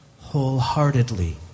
wholeheartedly